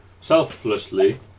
selflessly